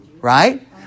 Right